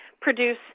produce